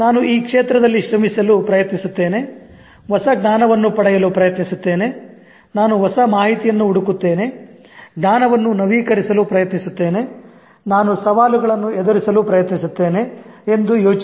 ನಾನು ಈ ಕ್ಷೇತ್ರದಲ್ಲಿ ಶ್ರಮಿಸಲು ಪ್ರಯತ್ನಿಸುತ್ತೇನೆ ಹೊಸ ಜ್ಞಾನವನ್ನು ಪಡೆಯಲು ಪ್ರಯತ್ನಿಸುತ್ತೇನೆ ನಾನು ಹೊಸ ಮಾಹಿತಿಯನ್ನು ಹುಡುಕುತ್ತೇನೆ ಜ್ಞಾನವನ್ನು ನವೀಕರಿಸಲು ಪ್ರಯತ್ನಿಸುತ್ತೇನೆ ನಾನು ಸವಾಲುಗಳನ್ನು ಎದುರಿಸಲು ಪ್ರಯತ್ನಿಸುತ್ತೇನೆ ಎಂದು ಯೋಚಿಸಿ